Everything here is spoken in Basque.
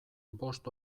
bost